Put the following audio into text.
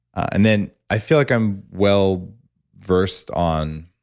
and then, i feel like i'm well versed on